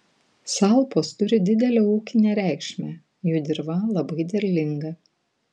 salpos turi didelę ūkinę reikšmę jų dirva labai derlinga